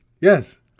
Yes